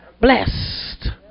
blessed